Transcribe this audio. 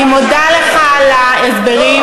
אני מודה לך על ההסברים.